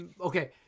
Okay